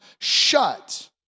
shut